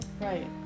Right